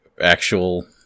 actual